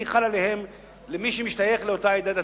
החל עליהם למי שמשתייך לאותה עדה דתית.